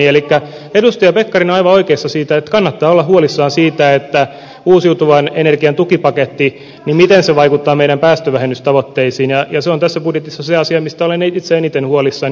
edustaja pekkarinen on aivan oikeassa että kannattaa olla huolissaan siitä miten uusiutuvan energian tukipaketti vaikuttaa meidän päästövähennystavoitteisiimme ja se on tässä budjetissa se asia mistä olen itse eniten huolissani